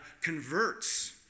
converts